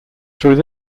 through